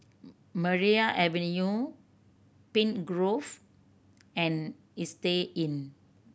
Maria Avenue Pine Grove and Istay Inn